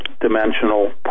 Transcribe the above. dimensional